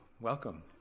Welcome